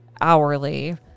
hourly